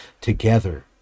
together